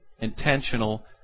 intentional